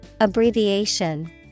Abbreviation